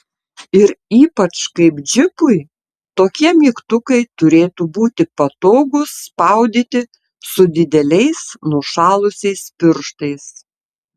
ir ypač kaip džipui tokie mygtukai turėtų būti patogūs spaudyti su dideliais nušalusiais pirštais